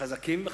חזקים וחלשים.